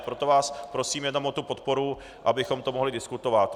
Proto vás prosím jenom o tu podporu, abychom to mohli diskutovat.